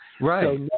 Right